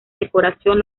decoración